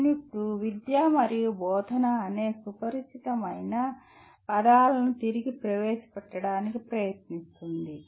M1U2 విద్య మరియు బోధన అనే సుపరిచితమైన పదాలను తిరిగి ప్రవేశపెట్టడానికి ప్రయత్నిస్తుంది